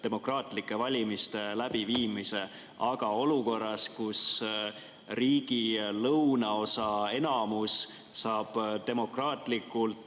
valimiste läbiviimise, aga olukorras, kus riigi lõunaosa enamus saab demokraatlikult